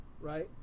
right